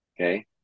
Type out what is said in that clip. Okay